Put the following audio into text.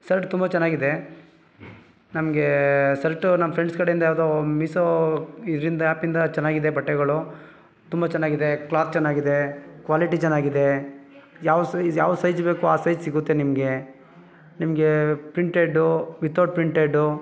shirt ತುಂಬ ಚೆನ್ನಾಗಿದೆ ನಮಗೆ ಸರ್ಟು ನಮ್ಮ ಫ್ರೆಂಡ್ಸ್ ಕಡೆಯಿಂದ ಯಾವುದೋ ಮಿಸೋ ಇದರಿಂದ ಆ್ಯಪಿಂದ ಚೆನ್ನಾಗಿದೆ ಬಟ್ಟೆಗಳು ತುಂಬ ಚೆನ್ನಾಗಿದೆ ಕ್ಲಾತ್ ಚೆನ್ನಾಗಿದೆ ಕ್ವಾಲಿಟಿ ಚೆನ್ನಾಗಿದೆ ಯಾವ ಸೈಜ್ ಯಾವ ಸೈಜ್ ಬೇಕೋ ಆ ಸೈಜ್ ಸಿಗುತ್ತೆ ನಿಮಗೆ ನಿಮಗೆ ಪ್ರಿಂಟೆಡು ವಿತೌಟ್ ಪ್ರಿಂಟೆಡು